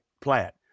plant